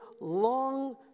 long